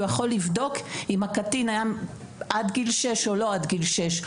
הוא יכול לבדוק אם הקטין היה עד גיל שש או לא עד גיל שש.